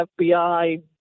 FBI